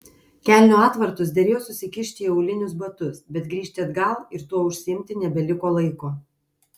kelnių atvartus derėjo susikišti į aulinius batus bet grįžti atgal ir tuo užsiimti nebeliko laiko